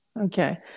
Okay